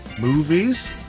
movies